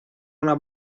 una